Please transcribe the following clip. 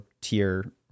tier